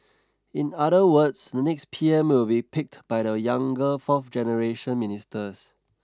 in other words the next P M will be picked by the younger fourth generation ministers